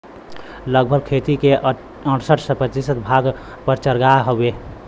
लगभग खेती क अड़सठ प्रतिशत भाग पर चारागाह हउवे